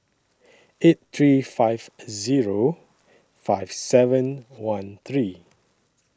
eight three five Zero five seven one three